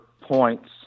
points